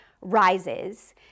rises